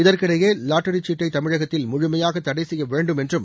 இதற்கிடையே லாட்டரி சீட்டை தமிழகத்தில் முழுமையாக தடை செய்ய வேண்டும் என்றும்